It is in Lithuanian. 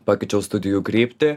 pakeičiau studijų kryptį